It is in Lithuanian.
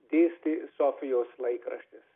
dėstė sofijos laikraštis